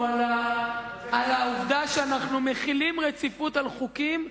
הדיון הוא על העובדה שאנחנו מחילים רציפות על חוקים.